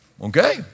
Okay